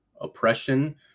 oppression